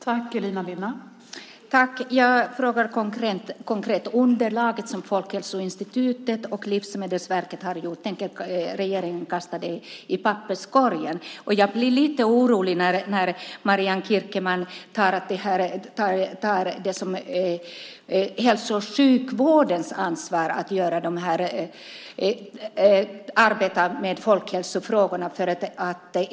Fru talman! Jag frågar konkret. Tänker regeringen kasta underlaget från Folkhälsoinstitutet och Livsmedelsverket i papperskorgen? Jag blir lite orolig när Marianne Kierkemann säger att det är hälso och sjukvårdens ansvar att arbeta med folkhälsofrågorna.